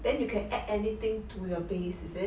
then you can add anything to your base is it